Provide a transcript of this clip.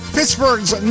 Pittsburgh's